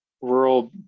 rural